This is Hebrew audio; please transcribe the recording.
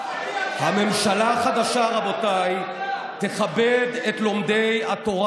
הממשלה החדשה, רבותיי, תכבד את לומדי התורה